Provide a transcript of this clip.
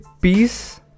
peace